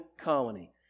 colony